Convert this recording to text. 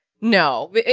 No